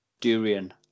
Durian